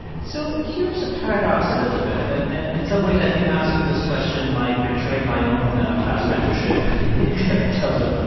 so here's a paradox, elizabeth. and, and in some ways, i think asking this question might betray my own class membership in terms of, ah